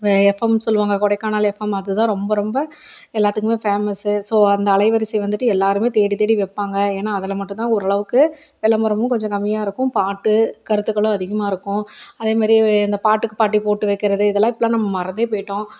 எஃப்எம்னு சொல்லுவாங்க கொடைக்கானல் எஃப்எம் அது தான் ரொம்ப ரொம்ப எல்லாத்துக்குமே ஃபேமஸ்ஸு ஸோ அந்த அலைவரிசை வந்துவிட்டு எல்லாருமே தேடி தேடி வைப்பாங்க ஏன்னா அதில் மட்டும்தான் ஓரளவுக்கு விளம்பரமும் கொஞ்சம் கம்மியாக இருக்கும் பாட்டு கருத்துக்களும் அதிகமாக இருக்கும் அதே மாதிரி இந்த பாட்டுக்கு பாட்டு போட்டு வைக்கிறது இதெல்லாம் இப்பெல்லாம் நம் மறந்தே போயிட்டோம்